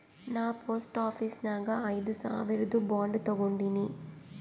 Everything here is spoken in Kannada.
ನಾ ಪೋಸ್ಟ್ ಆಫೀಸ್ ನಾಗ್ ಐಯ್ದ ಸಾವಿರ್ದು ಬಾಂಡ್ ತಗೊಂಡಿನಿ